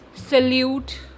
salute